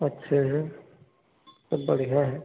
अच्छे हैं सब बढ़िया है